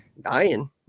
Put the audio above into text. dying